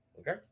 Okay